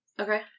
Okay